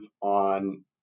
on